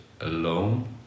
alone